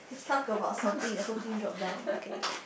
talk about something the whole thing drop down okay